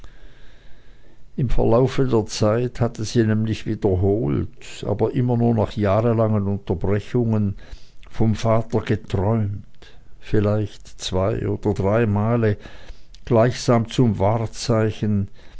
im verlaufe der zeit hatte sie nämlich wiederholt aber immer nur nach jahrelangen unterbrechungen vom vater geträumt vielleicht zwei oder drei male gleichsam zum wahrzeichen